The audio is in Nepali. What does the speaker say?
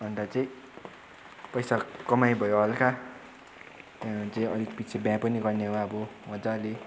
अन्त चाहिँ पैसा कमाइ भयो हल्का त्यहाँबाट चाहिँ अलिक पछि बिहा पनि गर्ने हो अब मजाले